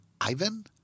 Ivan